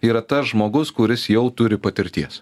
yra tas žmogus kuris jau turi patirties